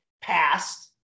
past